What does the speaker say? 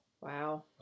Wow